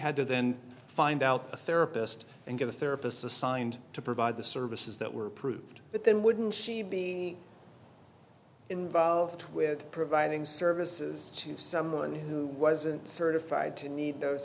had to then find out a therapist and get a therapist assigned to provide the services that were approved but then wouldn't she be involved with providing services to someone who wasn't certified to need those